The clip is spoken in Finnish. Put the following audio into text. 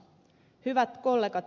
hyvät kollegat